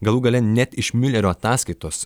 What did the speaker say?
galų gale net iš miulerio ataskaitos